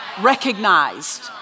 recognized